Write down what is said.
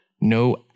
no